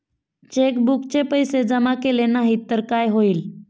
चेकबुकचे पैसे जमा केले नाही तर काय होईल?